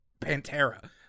pantera